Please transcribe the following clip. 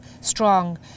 strong